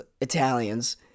Italians